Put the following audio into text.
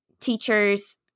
teachers